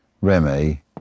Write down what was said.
Remy